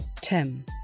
Tim